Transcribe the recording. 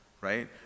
right